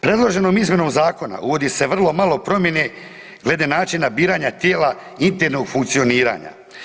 Predloženom izmjenom Zakona uvodi se vrlo malo promjene glede načina biranja tijela internog funkcioniranja.